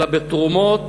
אלא בתרומות